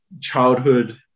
childhood